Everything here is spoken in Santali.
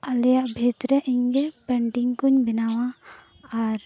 ᱟᱞᱮᱭᱟᱜ ᱵᱷᱤᱛ ᱨᱮ ᱤᱧ ᱜᱮ ᱯᱮᱱᱴᱤᱝ ᱠᱚᱧ ᱵᱮᱱᱟᱣᱟ ᱟᱨ